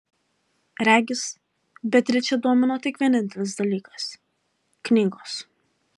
regis beatričę domino tik vienintelis dalykas knygos